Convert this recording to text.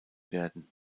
werden